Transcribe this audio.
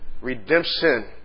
redemption